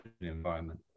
environment